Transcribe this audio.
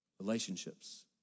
relationships